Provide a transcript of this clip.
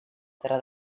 terra